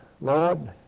Lord